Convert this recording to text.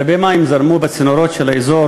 הרבה מים זרמו בצינורות של האזור